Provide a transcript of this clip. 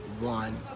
one